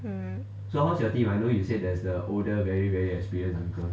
mm